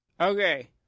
Okay